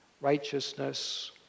righteousness